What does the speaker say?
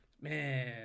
Man